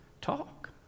talk